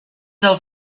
del